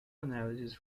analysis